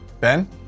Ben